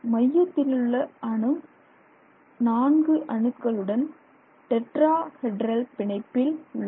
மையத்திலுள்ள அணு 4 அணுக்களுடன் tetrahedral பிணைப்பில் உள்ளது